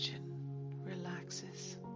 Relaxes